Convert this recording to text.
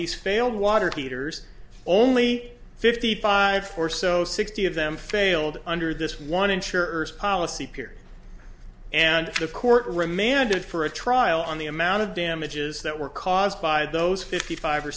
these failed water heaters only fifty five or so sixty of them failed under this one insurers policy period and the court remanded for a trial on the amount of damages that were caused by those fifty five or